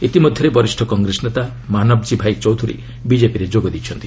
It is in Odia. ଇତିମଧ୍ୟରେ ବରିଷ୍ଠ କଂଗ୍ରେସ ନେତା ମାବଜୀ ଭାଇ ଚୌଧୁରୀ ବିଜେପିରେ ଯୋଗ ଦେଇଛନ୍ତି